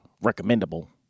recommendable